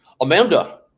Amanda